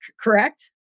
correct